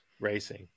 racing